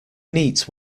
neat